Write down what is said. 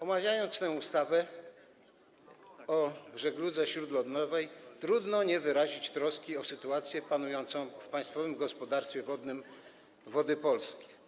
Omawiając tę ustawę o żegludze śródlądowej, trudno nie wyrazić troski o sytuację panującą w Państwowym Gospodarstwie Wodnym Wody Polskie.